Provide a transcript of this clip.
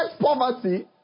poverty